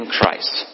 Christ